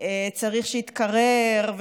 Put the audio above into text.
צריך שיתקרר,